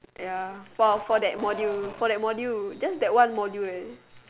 ya for for that module for that module just that one module eh